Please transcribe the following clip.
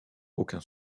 aucun